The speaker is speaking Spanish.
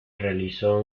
realizó